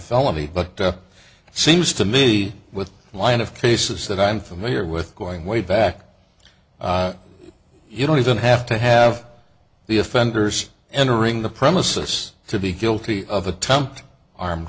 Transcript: felony but it seems to me with a line of cases that i'm familiar with going way back you don't even have to have the offenders entering the premises to be guilty of attempted armed